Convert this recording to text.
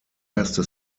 erste